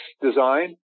design